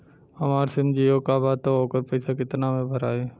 हमार SIM Jio का बा त ओकर पैसा कितना मे भराई?